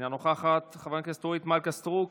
אינה נוכחת, חברת הכנסת אורית מלכה סטרוק,